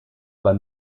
war